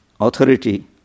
authority